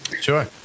Sure